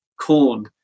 corn